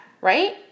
right